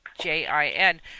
J-I-N